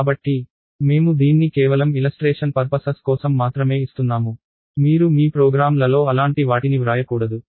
కాబట్టి మేము దీన్ని కేవలం దృష్టాంత ప్రయోజనాల కోసం మాత్రమే ఇస్తున్నాము మీరు మీ ప్రోగ్రామ్లలో అలాంటి వాటిని వ్రాయకూడదు